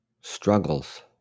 struggles